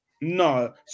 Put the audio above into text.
No